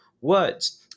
words